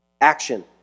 Action